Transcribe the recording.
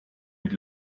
mit